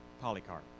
Polycarp